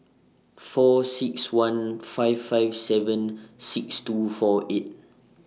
four six one five five seven six two four eight